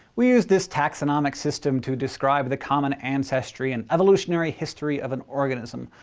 we use this taxonomic system to describe the common ancestry and evolutionary history of an organism.